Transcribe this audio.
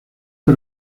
que